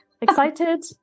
Excited